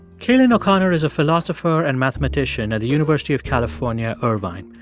cailin o'connor is a philosopher and mathematician at the university of california, irvine.